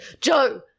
Joe